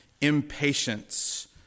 impatience